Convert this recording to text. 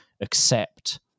accept